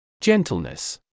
Gentleness